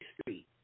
Street